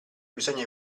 bisogna